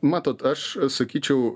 matot aš sakyčiau